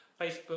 Facebook